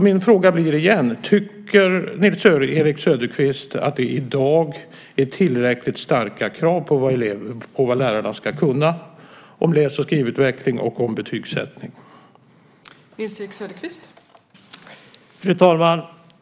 Min fråga blir därför igen: Tycker Nils-Erik Söderqvist att det i dag är tillräckligt starka krav på vad lärarna ska kunna om läs och skrivutveckling och om betygssättning?